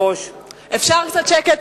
אפשר קצת שקט?